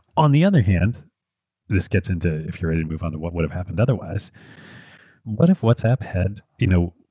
on the other handeur this gets into if you're ready to move on to what would have happened otherwiseeur what if whatsapp had you know